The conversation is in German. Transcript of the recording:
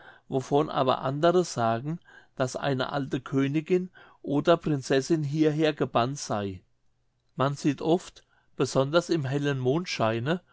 wovon aber andere sagen daß eine alte königin oder prinzessin hierher gebannt sey man sieht oft besonders im hellen